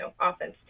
offense